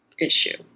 issue